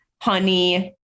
honey